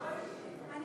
נגדך.